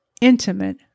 intimate